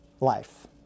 life